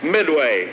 Midway